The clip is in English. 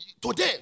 today